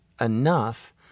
enough